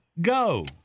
go